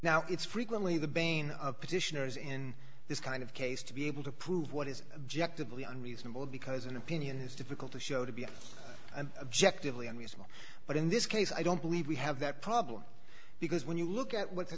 now it's frequently the bane of petitioners in this kind of case to be able to prove what is objective leon reasonable because an opinion is difficult to show to be an objective leon weasel but in this case i don't believe we have that problem because when you look at what the